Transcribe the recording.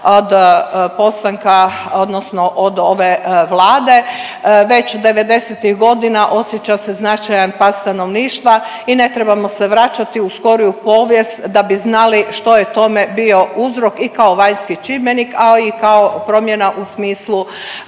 od postanka, odnosno od ove Vlade. Veći devedesetih godina osjeća se značajan pad stanovništva i ne trebamo se vraćati u skoriju povijest da bi znali što je tome bio uzrok i kao vanjski čimbenik, ali i kao promjena u smislu